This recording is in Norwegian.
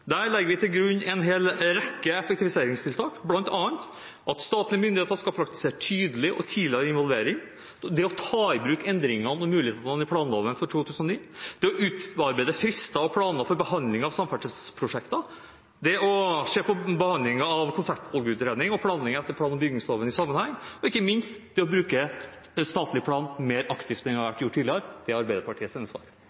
legger vi til grunn en hel rekke effektiviseringstiltak, bl.a. at statlige myndigheter skal praktisere tydelig og tidligere involvering, å ta i bruk endringene og mulighetene i planloven fra 2009, å utarbeide frister og planer for behandling av samferdselsprosjekter, å se på behandlingen av konseptvalgutredning og planlegging etter plan- og bygningsloven i sammenheng, og ikke minst bruke statlig plan mer aktivt enn det som har vært gjort tidligere – det er Arbeiderpartiets